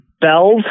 Bells